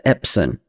Epson